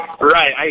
Right